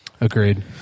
Agreed